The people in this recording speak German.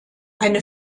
eine